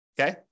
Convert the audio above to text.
Okay